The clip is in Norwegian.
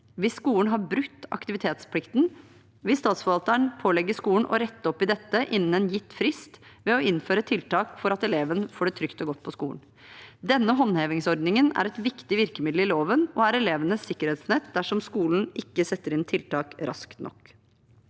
Hvis skolen har brutt aktivitetsplikten, vil statsforvalteren pålegge skolen å rette opp i dette innen en gitt frist ved å innføre tiltak for at eleven får det trygt og godt på skolen. Denne håndhevingsordningen er et viktig virkemiddel i loven, og den er elevenes sikkerhetsnett dersom skolen ikke setter inn tiltak raskt nok.